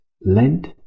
Lent